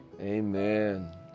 Amen